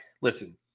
listen